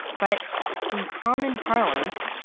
but in common parlance,